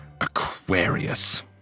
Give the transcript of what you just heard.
Aquarius